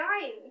dying